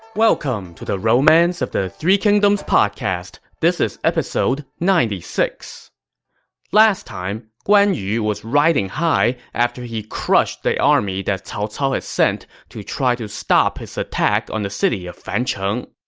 welcome to the romance of the three kingdoms podcast. this is episode ninety six point last time, guan yu was riding high after he crushed the army that cao cao had sent to try to stop his attack on the city of fancheng.